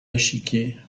échiquier